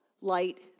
light